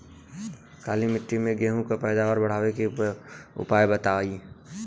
काली मिट्टी में गेहूँ के पैदावार बढ़ावे के उपाय बताई?